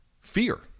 fear